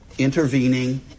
intervening